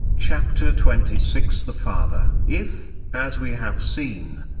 chapter twenty six the father if, as we have seen,